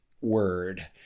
word